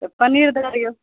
तऽ पनीर दऽ दियौ